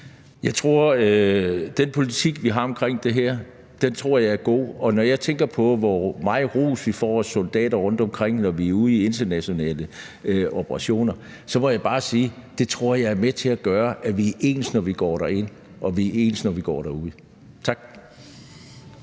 Jeg tror, at den politik, vi har omkring det her, er god. Og når jeg tænker på, hvor meget ros vi får af soldater rundtomkring, når vi er ude i internationale operationer, må jeg bare sige, at det tror jeg har noget at gøre med, at vi er ens, når vi går ind, og ens, når vi går ud. Kl.